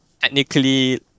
technically